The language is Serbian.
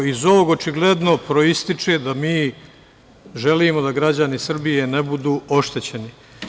Iz ovog očigledno proističe da mi želimo da građani Srbije ne budu oštećeni.